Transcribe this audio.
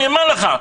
אני אומר לך,